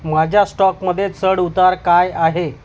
माझ्या स्टॉकमध्ये चढउतार काय आहे